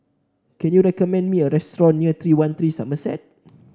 can you recommend me a restaurant near three one three Somerset